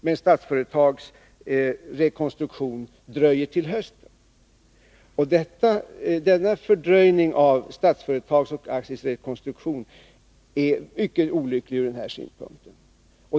Men Statsföretags rekonstruktion dröjer till hösten. Denna fördröjning av Statsföretags och ASSI:s rekonstruktion är mycket olycklig från den här synpunkten.